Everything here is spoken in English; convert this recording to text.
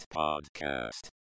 podcast